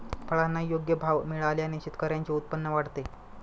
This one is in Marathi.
फळांना योग्य भाव मिळाल्याने शेतकऱ्यांचे उत्पन्न वाढते